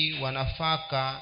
wanafaka